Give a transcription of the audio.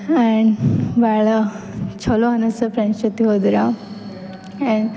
and ಭಾಳ ಛಲೋ ಅನ್ನಿಸ್ತು ಫ್ರೆಂಡ್ಸ್ ಜೊತೆ ಹೋದರ ಆ್ಯಂಡ್